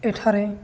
ଏଠାରେ